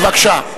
כך כתוב.